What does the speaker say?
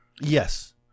Yes